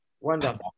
Wonderful